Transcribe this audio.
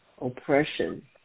oppression